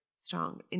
strong